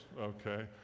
okay